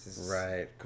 Right